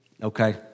Okay